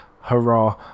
hurrah